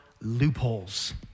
loopholes